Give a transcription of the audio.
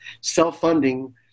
self-funding